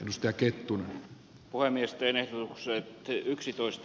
ystä kettunen voimistelee syötti yksitoista